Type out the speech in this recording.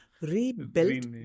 rebuilt